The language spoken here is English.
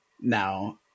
Now